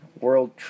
World